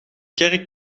kerk